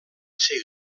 ser